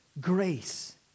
Grace